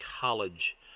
college